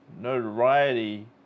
notoriety